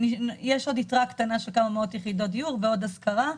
יש עוד יתרה קטנה של כמה מאות יחידות דיור ועוד השכרה,